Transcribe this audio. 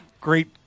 Great